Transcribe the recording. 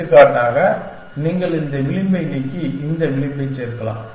எடுத்துக்காட்டாக நீங்கள் இந்த விளிம்பை நீக்கி இந்த விளிம்பைச் சேர்க்கலாம்